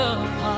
apart